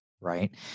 right